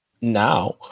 now